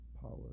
power